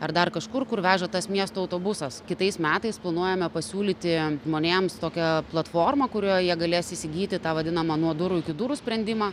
ar dar kažkur kur veža tas miesto autobusas kitais metais planuojame pasiūlyti žmonėms tokią platformą kurioje jie galės įsigyti tą vadinamą nuo durų iki durų sprendimą